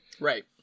Right